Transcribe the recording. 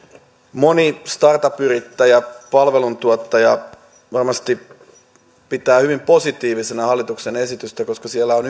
moni startup yrittäjä palveluntuottaja varmasti pitää hyvin positiivisena hallituksen esitystä koska siellä on